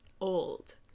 Old